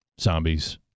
zombies